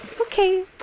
Okay